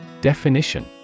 Definition